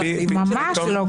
ממש לא.